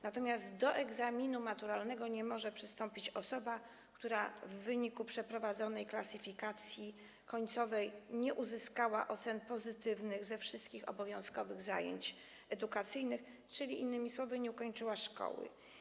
Natomiast do egzaminu maturalnego nie może przystąpić osoba, która w wyniku przeprowadzonej klasyfikacji końcowej nie uzyskała ocen pozytywnych ze wszystkich obowiązkowych zajęć edukacyjnych, czyli, innymi słowy, nie ukończyła szkoły.